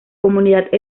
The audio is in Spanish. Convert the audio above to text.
comunidad